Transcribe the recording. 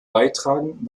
beitragen